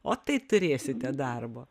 o tai turėsite darbo